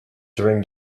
during